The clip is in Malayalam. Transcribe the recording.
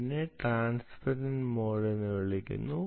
ഇതിനെ ട്രാൻസ്പെരന്റ് മോഡ് എന്ന് വിളിക്കുന്നു